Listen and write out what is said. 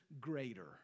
greater